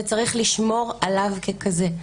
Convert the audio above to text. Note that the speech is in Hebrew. וצריך לשמור עליו ככזה.